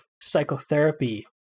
psychotherapy